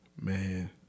Man